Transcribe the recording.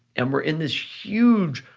and we're in this huge,